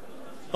רבותי,